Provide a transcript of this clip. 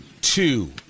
two